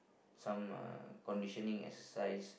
some are conditioning exercise